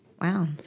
Wow